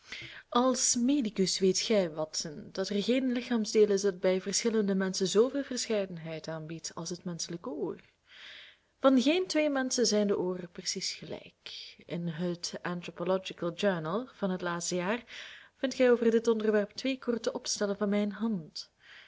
als medicus weet gij watson dat er geen lichaamsdeel is dat bij de veschillende menschen zooveel verscheidenheid aanbiedt als het menschelijk oor van geen twee menschen zijn de ooren precies gelijk in het anthropological journal van het laatste jaar vindt gij over dit onderwerp twee korte opstellen van mijn hand